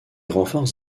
renforts